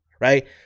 right